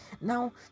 Now